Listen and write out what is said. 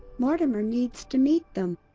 mortimer needs to meet them.